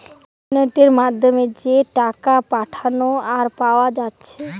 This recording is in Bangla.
ইন্টারনেটের মাধ্যমে যে টাকা পাঠানা আর পায়া যাচ্ছে